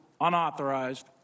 unauthorized